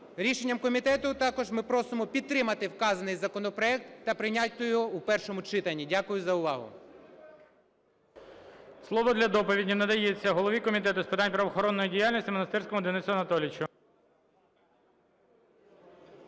рішенням комітету також ми просимо підтримати вказаний законопроект та прийняти його у першому читанні. Дякую за увагу.